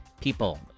people